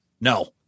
No